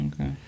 Okay